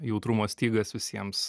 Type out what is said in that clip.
jautrumo stygas visiems